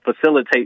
facilitate